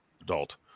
adult